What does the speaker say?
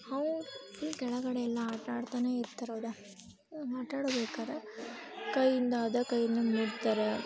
ಅವು ಫುಲ್ ಕೆಳಗಡೆಯೆಲ್ಲ ಆಟ ಆಡ್ತನೇ ಇರ್ತಾರೆ ಹೌದಾ ಆಟಾಡ್ಬೇಕಾರೆ ಕೈಯಿಂದ ಅದೇ ಕೈಯಿಂದ ಮುಟ್ತಾರೆ